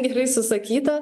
gerai susakyta